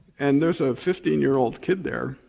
and there's a fifteen year old kid there,